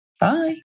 bye